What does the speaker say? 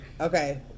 Okay